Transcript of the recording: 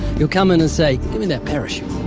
you'll come in and say, give me that parachute.